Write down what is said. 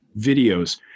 videos